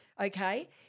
okay